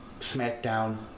SmackDown